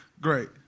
great